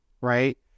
right